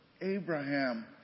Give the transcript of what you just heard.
Abraham